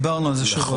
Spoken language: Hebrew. דיברנו על זה.